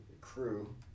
crew